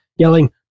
yelling